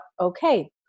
okay